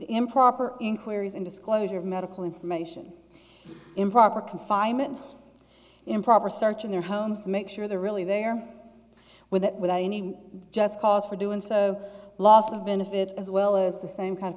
improper inquiries and disclosure of medical information improper confinement improper search of their homes to make sure they're really there with that without any just cause for doing so loss of benefit as well as the same kind of